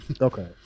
Okay